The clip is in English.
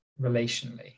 relationally